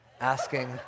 asking—